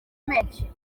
menshi